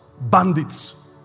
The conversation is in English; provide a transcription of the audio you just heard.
bandits